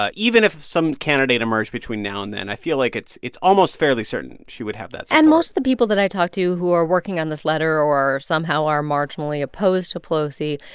ah even if some candidate emerged between now and then, i feel like it's it's almost fairly certain she would have that support and most of the people that i talked to who are working on this letter or somehow are marginally opposed to pelosi,